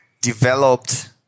developed